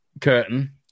Curtain